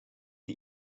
die